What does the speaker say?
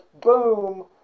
boom